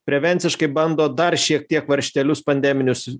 prevenciškai bando dar šiek tiek varžtelius pandeminius